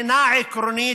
מבחינה עקרונית,